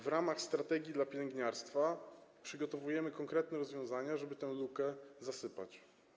W ramach strategii dla pielęgniarstwa przygotowujemy konkretne rozwiązania, żeby tę lukę zapełnić.